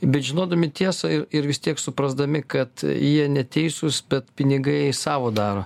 bet žinodami tiesą ir ir vis tiek suprasdami kad jie neteisūs bet pinigai savo daro